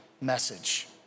message